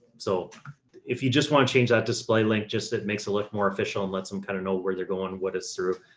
so if you just wanna change that display link, just that makes it look more official and let them kind of know where they're going. what a syrup,